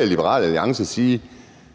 jeg Liberal Alliance sige,